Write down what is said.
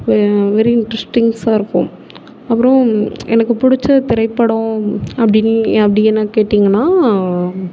very இண்ட்ரஸ்டிங்ஸாக இருக்கும் அப்புறம் எனக்கு பிடிச்ச திரைப்படம் அப்படின்னு அப்படி என்ன கேட்டிங்கன்னால்